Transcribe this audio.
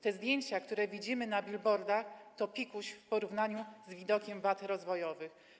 Te zdjęcia, które widzimy na billboardach, to pikuś w porównaniu z widokiem wad rozwojowych.